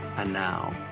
and, now,